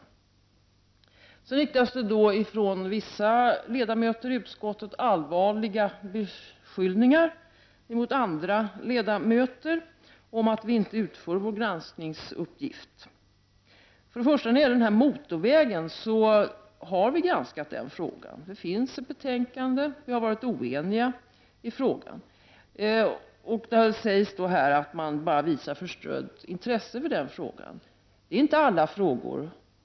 Det riktas från vissa ledamöter i utskottet allvarliga beskyllningar mot andra ledamöter för att vi inte utför vår granskningsuppgift. Motorvägsfrågan har utskottet granskat, och det finns ett betänkande. Vi har varit oeniga, och det sägs här att vi bara visar ett förstrött intresse för frågan.